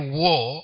war